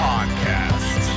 Podcast